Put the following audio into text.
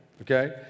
Okay